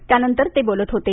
त्यानंतर ते बोलत होते